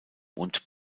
und